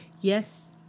Yes